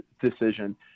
decision